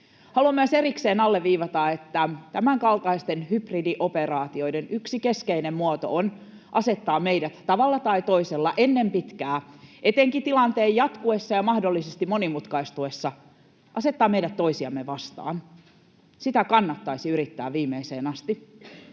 Haluan myös erikseen alleviivata, että tämänkaltaisten hybridioperaatioiden yksi keskeinen muoto on tavalla tai toisella ennen pitkää, etenkin tilanteen jatkuessa ja mahdollisesti monimutkaistuessa, asettaa meidät toisiamme vastaan. Sitä kannattaisi yrittää välttää viimeiseen asti,